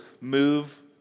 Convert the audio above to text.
move